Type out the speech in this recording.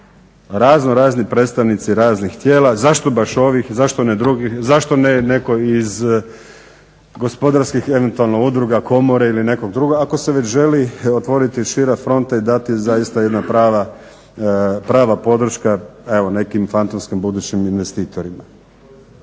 razno razni predstavnici raznih tijela. Zašto baš ovih? Zašto ne drugih? Zašto ne netko iz gospodarskih eventualno udruga, komore ili nekog drugog ako se već želi otvoriti šira fronta i dati zaista jedna prava podrška evo nekim fantomskim budućim investitorima.